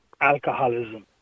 alcoholism